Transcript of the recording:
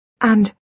And